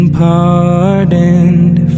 pardoned